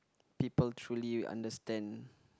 people truly understand